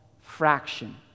fraction